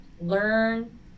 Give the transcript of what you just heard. learn